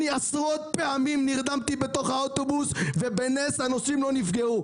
עשרות פעמים נרדמתי באוטובוס ובנס הנוסעים לא נפגעו.